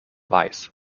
weiß